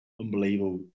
unbelievable